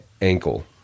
ankle